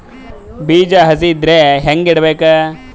ಬೀಜ ಹಸಿ ಇದ್ರ ಹ್ಯಾಂಗ್ ಇಡಬೇಕು?